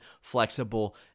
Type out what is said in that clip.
flexible